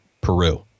Peru